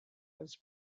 was